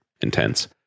Intense